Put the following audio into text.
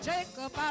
Jacob